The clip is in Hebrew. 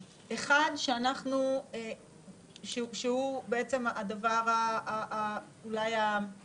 סדר יום שאני חושב שאנחנו מוליכים הרבה מאוד שנים,